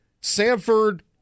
Sanford